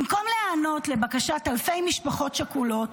במקום להיענות לבקשת אלפי משפחות שכולות,